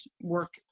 work